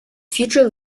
future